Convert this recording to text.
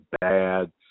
bad